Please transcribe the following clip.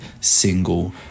single